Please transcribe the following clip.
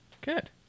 Good